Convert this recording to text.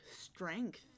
strength